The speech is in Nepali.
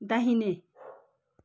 दाहिने